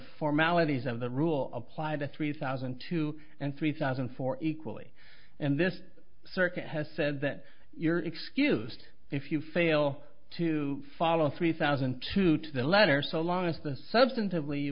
formalities of that rule applied to three thousand and two and three thousand and four equally and this circuit has said that you're excused if you fail to follow three thousand and two to the letter so long as the substantively you